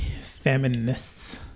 feminists